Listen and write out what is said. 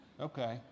Okay